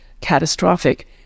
catastrophic